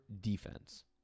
defense